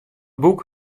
boek